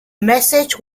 message